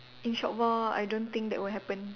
in short while I don't think that will happen